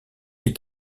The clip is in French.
est